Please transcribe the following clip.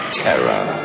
terror